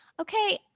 Okay